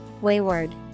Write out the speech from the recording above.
Wayward